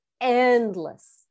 endless